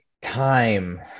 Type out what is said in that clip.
time